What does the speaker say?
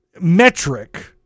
metric